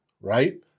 right